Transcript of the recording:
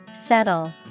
Settle